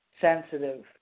Sensitive